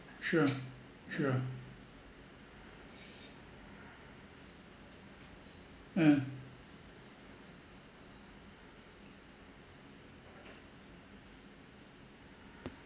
sure sure hmm